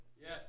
Yes